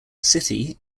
city